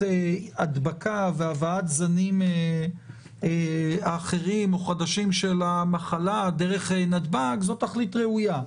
הדבקה והבאת זנים אחרים או חדשים של המחלה דרך נתב"ג היא תכלית ראויה.